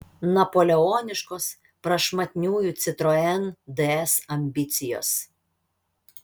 napoleoniškos prašmatniųjų citroen ds ambicijos